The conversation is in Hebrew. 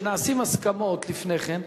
כאשר נעשות הסכמות לפני כן,